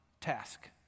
task